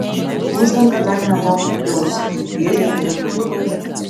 uždanga dar nebuvo pakilusi ir griežė uvertiūrą